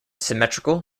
symmetrical